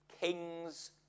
Kings